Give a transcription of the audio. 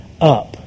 up